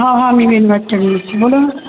હા હા અમીબેન વાત કરી રહી છું બોલો ને